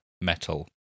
metal